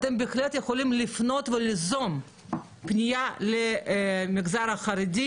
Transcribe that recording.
אתם בהחלט יכולים לפנות וליזום פנייה למגזר החרדי,